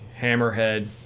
Hammerhead